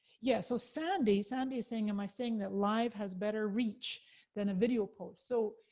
yeah, so sandy, sandy's saying, am i saying that live has better reach than a video post? so,